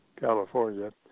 California